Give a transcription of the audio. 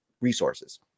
resources